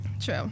True